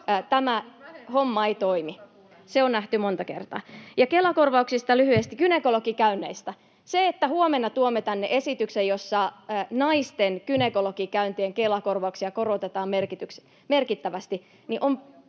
tämä homma ei toimi. Se on nähty monta kertaa. Lyhyesti Kela-korvauksista, gynekologikäynneistä: Huomenna tuomme tänne esityksen, jossa naisten gynekologikäyntien Kela-korvauksia korotetaan merkittävästi, ja